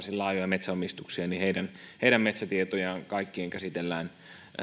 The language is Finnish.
varsin laajoja metsäomistuksia kaikkien metsätietoja käsitellään